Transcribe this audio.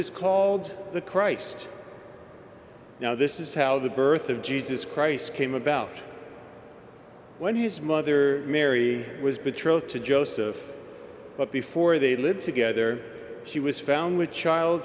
is called the christ now this is how the birth of jesus christ came about when his mother mary was betrothed to joseph but before they lived together she was found with child